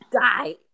die